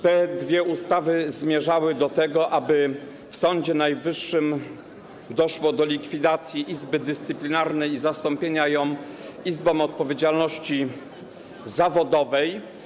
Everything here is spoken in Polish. Te dwa projekty ustaw zmierzały do tego, aby w Sądzie Najwyższym doszło do likwidacji Izby Dyscyplinarnej i zastąpienia jej Izbą Odpowiedzialności Zawodowej.